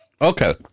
Okay